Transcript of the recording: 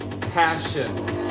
passion